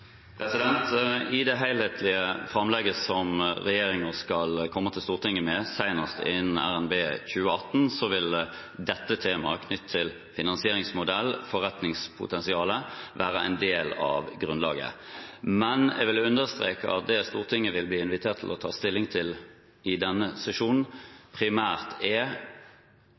I det helhetlige framlegget som regjeringen skal komme til Stortinget med, senest innen RNB 2018, vil dette temaet – knyttet til finansieringsmodell, forretningspotensial – være en del av grunnlaget. Men jeg vil understreke at det Stortinget vil bli invitert til å ta stilling til i denne sesjonen, primært